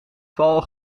val